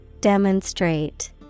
Demonstrate